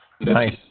Nice